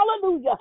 hallelujah